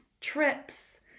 trips